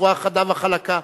בצורה חדה וחלקה: